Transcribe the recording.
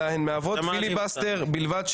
אלא הן מהוות פיליבסטר בלבד,